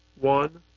one